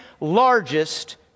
largest